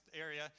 area